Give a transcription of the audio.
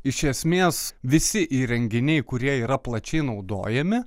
iš esmės visi įrenginiai kurie yra plačiai naudojami